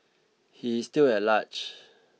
he is still at large